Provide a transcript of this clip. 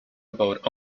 about